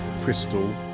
crystal